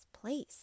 place